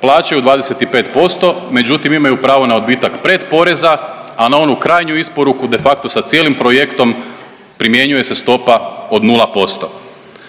plaćaju 25% međutim imaju pravo na odbitak pretporeza, a na onu krajnju isporuku de facto sa cijelim projektom primjenjuje se stopa od 0%.